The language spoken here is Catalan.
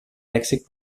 lèxic